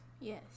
Yes